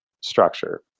structure